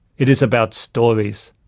it is about stories.